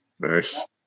Nice